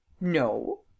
No